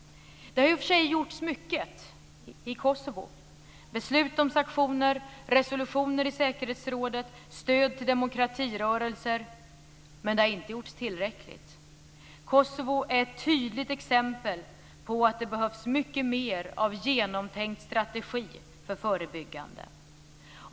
Det har i och för sig gjorts mycket i Kosovo. Det har gällt beslut om sanktioner, resolutioner i säkerhetsrådet och stöd till demokratirörelser. Men det har inte gjorts tillräckligt mycket. Kosovo är ett tydligt exempel på att det behövs mycket mer av genomtänkt strategi för förebyggande.